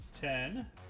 ten